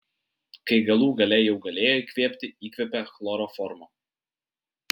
kai galų gale jau galėjo įkvėpti įkvėpė chloroformo